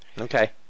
Okay